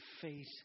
faith